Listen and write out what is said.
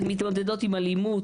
הן מתמודדות עם אלימות,